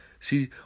See